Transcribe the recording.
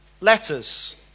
letters